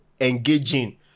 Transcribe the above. engaging